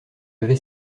avait